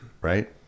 right